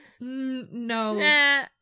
No